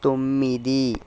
తొమ్మిది